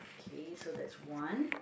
okay so that's one